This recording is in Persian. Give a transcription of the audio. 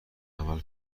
عمل